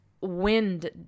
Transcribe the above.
wind